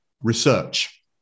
Research